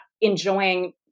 enjoying